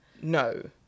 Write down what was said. no